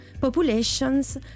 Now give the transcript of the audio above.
populations